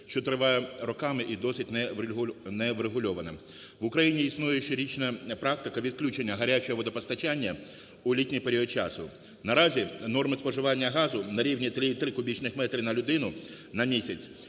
що триває роками і досі неврегульоване. В Україні існує щорічна практика відключення гарячого водопостачання у літній період часу. Наразі норми споживання газу на рівні 3,3 кубічних метри на людину на місяць